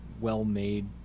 well-made